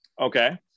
Okay